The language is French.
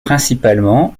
principalement